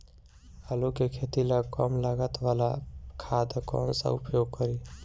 आलू के खेती ला कम लागत वाला खाद कौन सा उपयोग करी?